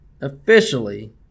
officially